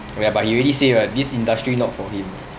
oh ya but he already say [what] this industry not for him